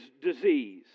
disease